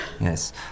Yes